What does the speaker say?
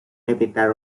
evitar